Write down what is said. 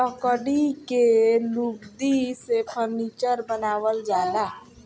लकड़ी के लुगदी से फर्नीचर बनावल जाला